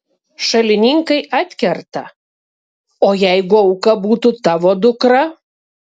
šalininkai atkerta o jeigu auka būtų tavo dukra